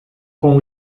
com